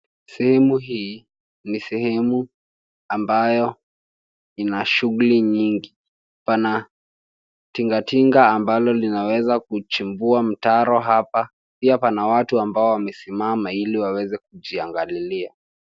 Sehemu hii ni sehemu ambayo ina shughuli nyingi. Pana tingatinga ambalo linaweza kuchimbua mtaro hapa. Pia pana watu ambao wamesimama ili waweze kujiangalilia.